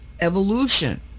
evolution